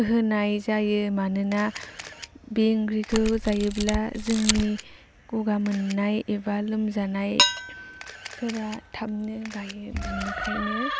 होनाय जायो मानोना बे ओंख्रिखौ जायोब्ला जोंनि ग'गा मोननाय एबा लोमजानायफोरा थाबनो गायो बिनिखायनो